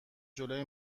جلوی